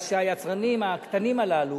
שהיצרנים הקטנים הללו,